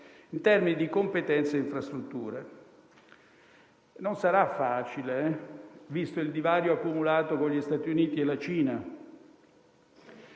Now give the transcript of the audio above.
in termini di competenze e infrastrutture. Non sarà facile, visto il divario accumulato con gli Stati Uniti e la Cina.